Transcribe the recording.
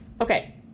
Okay